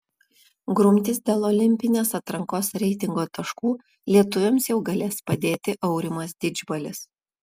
grumtis dėl olimpinės atrankos reitingo taškų lietuviams jau galės padėti aurimas didžbalis